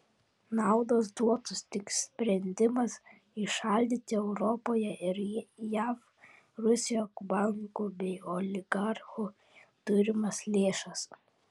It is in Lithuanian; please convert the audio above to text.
naudos duotų tik sprendimas įšaldyti europoje ir jav rusijos bankų bei oligarchų turimas lėšas